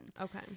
Okay